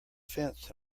fence